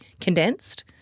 condensed